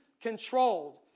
controlled